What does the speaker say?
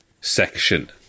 section